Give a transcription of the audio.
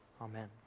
Amen